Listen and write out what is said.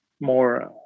more